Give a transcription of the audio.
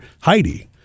heidi